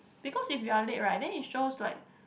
because if you are late right then it shows like